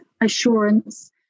assurance